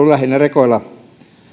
lähinnä rekoilla